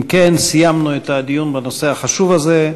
אם כן, סיימנו את הדיון בנושא החשוב הזה.